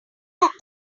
have